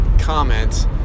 comment